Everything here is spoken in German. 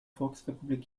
volksrepublik